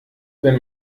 wenn